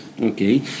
Okay